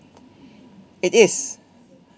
it is